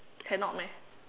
cannot meh